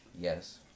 yes